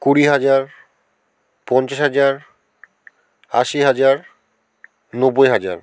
কুড়ি হাজার পঞ্চাশ হাজার আশি হাজার নব্বই হাজার